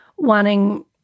wanting